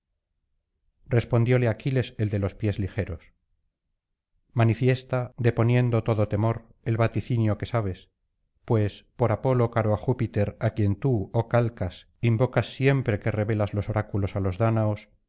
respondióle aquiles el de los pies ligeros manifiesta deponiendo todo temor el vaticinio que sabes pues por apolo caro á júpiter á quien tú oh calcas invocas sifemre que revelas los oráculos á los dáñaos